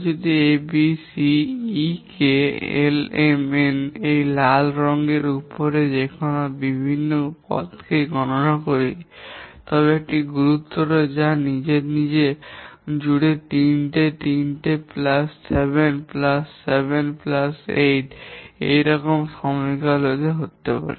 যদি আমরা A B C E K L M N কে লাল রঙের উপরে দেখানো বিভিন্ন পথকে গণনা করি তবে এটি একটি গুরুতর পথ যা নিজে নিজে জুড়ে 3 টি 3 প্লাস 7 প্লাস 7 এবং 8 এর মধ্যে সময়কালটি গণনা করতে পারেন